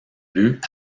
but